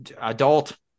adult